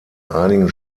einigen